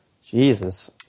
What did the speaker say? Jesus